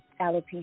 alopecia